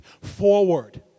forward